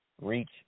reach